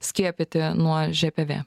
skiepyti nuo žpv